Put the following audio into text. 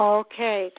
okay